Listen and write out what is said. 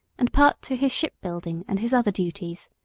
and part to his shipbuilding and his other duties.